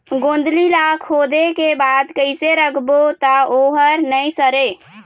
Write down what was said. गोंदली ला खोदे के बाद कइसे राखबो त ओहर नई सरे?